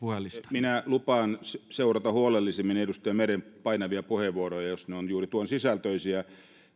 minä lupaan seurata huolellisemmin edustaja meren painavia puheenvuoroja jos ne ovat juuri tuon sisältöisiä